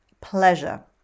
pleasure